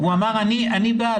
הוא אמר שהוא בעד.